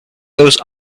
those